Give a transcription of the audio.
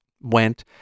went